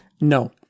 No